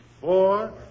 four